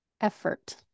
effort